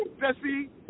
Jesse